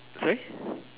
sorry